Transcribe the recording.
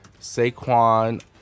Saquon